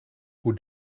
hoe